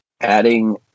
adding